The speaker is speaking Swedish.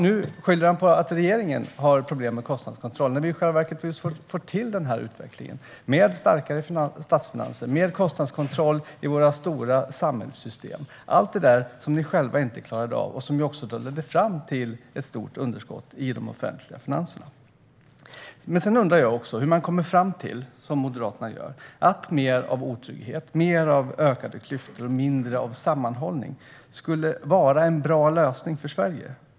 Nu skyller han på att regeringen har problem med kostnadskontroll när vi i själva verket får till den här utvecklingen med starkare statsfinanser och mer kostnadskontroll i våra stora samhällssystem - allt det som ni själva inte klarade av och som ledde fram till ett stort underskott i de offentliga finanserna. Sedan undrar jag också hur man kommer fram till, som Moderaterna gör, att mer av otrygghet, mer av ökade klyftor och mindre av sammanhållning skulle vara en bra lösning för Sverige.